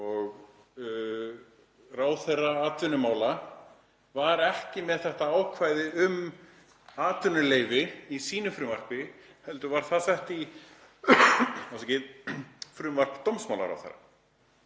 og ráðherra atvinnumála var ekki með þetta ákvæði um atvinnuleyfi í sínu frumvarpi heldur var það sett í frumvarp dómsmálaráðherra